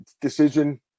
decision